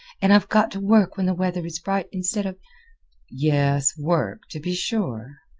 and i've got to work when the weather is bright, instead of yes work to be sure.